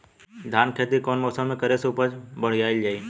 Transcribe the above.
धान के खेती कौन मौसम में करे से उपज बढ़ाईल जाई?